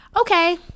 okay